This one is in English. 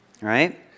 Right